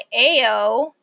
ao